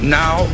now